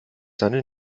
seine